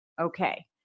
Okay